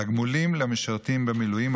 (תגמולים למשרתים במילואים),